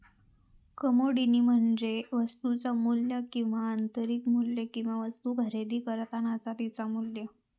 commodity money म्हणजे वस्तुचा मू्ल्य किंवा आंतरिक मू्ल्य किंवा वस्तु खरेदी करतानाचा तिचा मू्ल्य